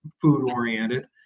food-oriented